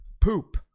poop